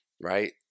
right